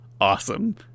Awesome